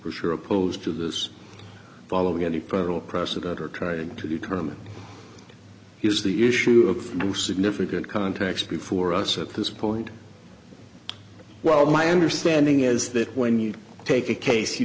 for sure opposed to this following the pearl precedent or trying to determine is the issue of significant context before us at this point well my understanding is that when you take a case you